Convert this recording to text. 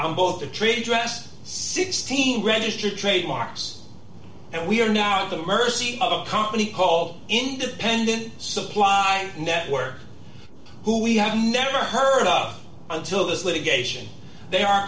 on both the trade dress sixteen registered trademarks and we are now at the mercy of a company called independent supply network who we have never heard up until this litigation they